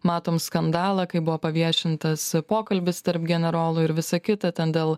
matom skandalą kai buvo paviešintas pokalbis tarp generolų ir visa kita ten dėl